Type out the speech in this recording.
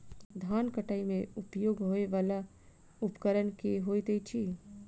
धान कटाई मे उपयोग होयवला उपकरण केँ होइत अछि?